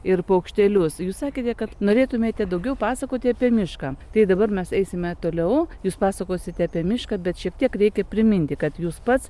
ir paukštelius jūs sakėte kad norėtumėte daugiau pasakoti apie mišką tai dabar mes eisime toliau jūs pasakosite apie mišką bet šiek tiek reikia priminti kad jūs pats